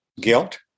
guilt